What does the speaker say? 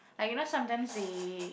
like you know sometimes they